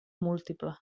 múltiple